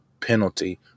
penalty